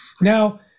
Now